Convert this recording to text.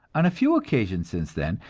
on a few occasions since then,